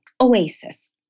oasis